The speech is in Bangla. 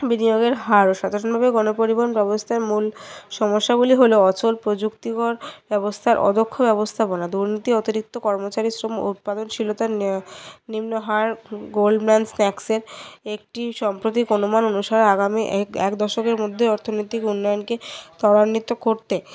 বিনিয়োগের হার গনপরিবহণ ব্যবস্থার মূল সমস্যাগুলি হলো অচল প্রযুক্তিকর ব্যবস্থার অদক্ষ ব্যবস্থাপনা দুর্নিতী অতিরিক্ত কর্মচারী শ্রম ও উৎপাদনশীলতার নিম্নহার গোলম্যান স্যাক্সের একটি সম্প্রতিক অনুমান অনুসার আগামী এক দশকের মধ্যে অর্থনৈতিক উন্নয়নকে তরান্বিত করতে